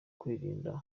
kwirinda